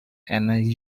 and